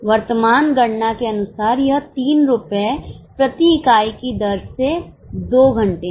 वर्तमान गणना के अनुसार यह 3 रुपए प्रति इकाई की दर से 2 घंटे हैं